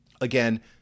again